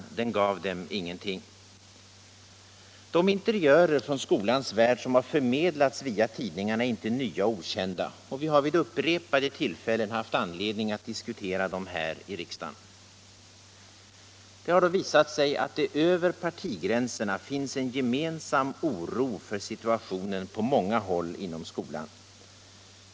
Den gav dem ingenting. De interiörer från skolans värld som förmedlats via tidningarna är inte nya och okända. Vi har vid upprepade tillfällen haft anledning att diskutera dem här i riksdagen. Det har då visat sig att det över partigränserna finns en gemensam oro för situationen på många håll inom skolan.